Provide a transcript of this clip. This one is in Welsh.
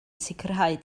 sicrhau